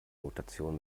notation